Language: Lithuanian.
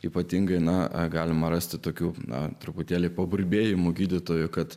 ypatingai na galima rasti tokių na truputėlį paburbėjimų gydytojų kad